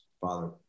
father